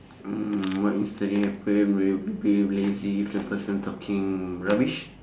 what is the lazy if the person talking rubbish